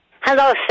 Hello